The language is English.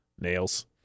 Nails